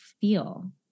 feel